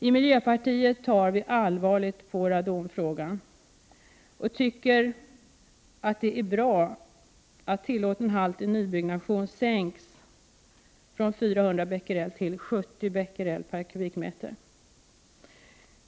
Vi i miljöpartiet tar allvarligt på radonfrågan och tycker att det är bra att tillåten halt i nybyggnation sänks från 400 till 70 Bq/m?.